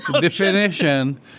definition